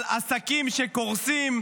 על עסקים שקורסים?